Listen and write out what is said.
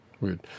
Weird